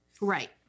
Right